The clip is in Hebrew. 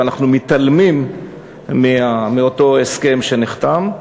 ואנחנו מתעלמים מאותו הסכם שנחתם,